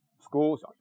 schools